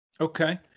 Okay